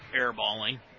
airballing